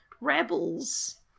Rebels